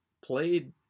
played